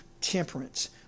temperance